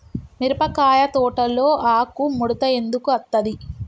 మిరపకాయ తోటలో ఆకు ముడత ఎందుకు అత్తది?